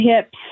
hips